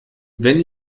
wenn